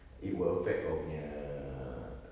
it will affect kau punya